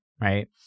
right